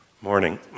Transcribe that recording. Morning